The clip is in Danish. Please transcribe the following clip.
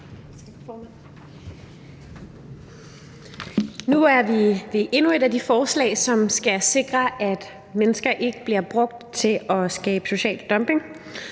Nu er vi ved endnu et af de forslag, som skal sikre, at mennesker ikke bliver brugt til at skabe social dumping.